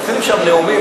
ומתחילים שם נאומים